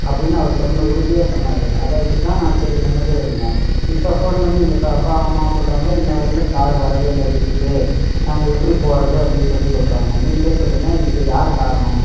அப்படின்னு அவர் சொன்ன உறுதியாக சொன்னார் அதை வச்சுதான் நான் சரி நிம்மதியாக இருந்தேன் இப்போ ஃபோன் பண்ணி எங்கள் அப்பாவும் அம்மாவும் சொல்கிறாங்க இன்னவரக்கிலும் கார் வரவே இல்லை வீட்டுக்கு நாங்கள் எப்படி போவது அப்படின்னு சொல்லி சொல்கிறாங்க நீங்களே சொல்லுங்க இதுக்கு யார் காரணம்